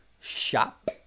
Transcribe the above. shop